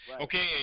Okay